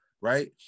right